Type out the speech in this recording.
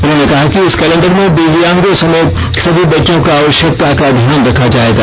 उन्होंने कहा कि इस कैलेंडर में दिव्यांगों समेत सभी बच्चों की आवश्यकता का ध्यान रखा जाएगा